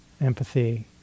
empathy